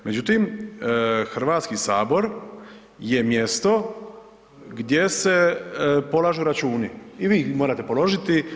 Međutim, Hrvatski sabor je mjesto gdje se polažu računi i vi ih morate položiti.